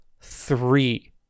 three